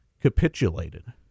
capitulated